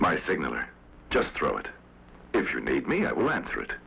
my signature just throw it if you need me i went through it